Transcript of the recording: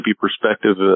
perspective